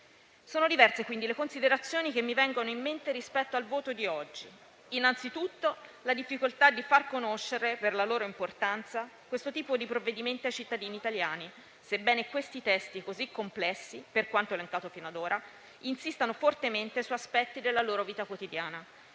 Sono diverse, quindi, le considerazioni che mi vengono in mente rispetto al voto di oggi. Vi è, innanzitutto, la difficoltà di far conoscere per la loro importanza questo tipo di provvedimenti ai cittadini italiani, sebbene questi testi così complessi, per quanto ne è stato finora, insistano fortemente su aspetti della loro vita quotidiana.